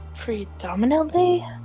Predominantly